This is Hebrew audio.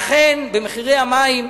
אכן, במחירי המים,